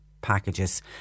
packages